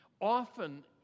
Often